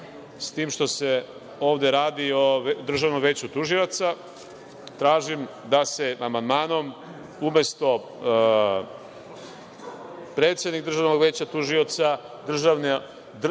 s tim što se ovde radi o Državnom veću tužioca. Tražim da se amandmanom umesto predsednik Državnog veća tužioca da Državno